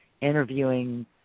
interviewing